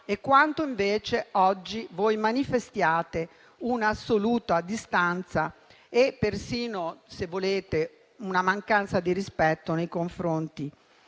e quanto invece oggi manifestiate un'assoluta distanza e persino una mancanza di rispetto nei confronti